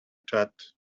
chat